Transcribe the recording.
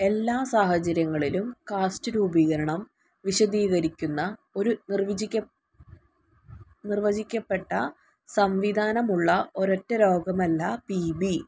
എല്ലാ സാഹചര്യങ്ങളിലും കാസ്റ്റ് രൂപീകരണം വിശദീകരിക്കുന്ന ഒരു നിർവചിക്ക നിർവചിക്കപ്പെട്ട സംവിധാനമുള്ള ഒരൊറ്റ രോഗമല്ല പി ബി